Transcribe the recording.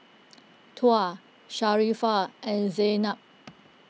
Tuah Sharifah and Zaynab